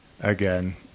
Again